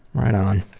right on.